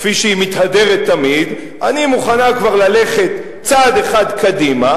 כפי שהיא מתהדרת תמיד: אני מוכנה כבר ללכת צעד אחד קדימה?